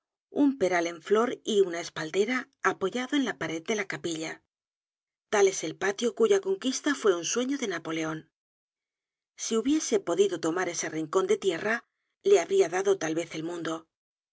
en flor y en espaldera apoyado en la pared de la capilla tal es el patio cuya conquista fue un sueño de ñapo leon si hubiese podido tomar ese rincon de tierra le habría dado tal vez el mundo